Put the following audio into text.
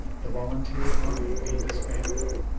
the volunteer army be disbanded,